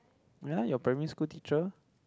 ya your primary school teacher